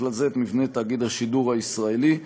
ובכלל זה את מבנה תאגיד השידור הישראלי,